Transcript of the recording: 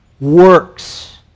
Works